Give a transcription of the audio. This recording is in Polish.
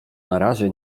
narazie